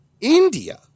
India